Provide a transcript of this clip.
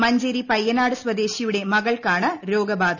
മഞ്ചേരി പയ്യനാട് സ്വദേശിയുടെ മകൾക്കാണ് രോഗബാധ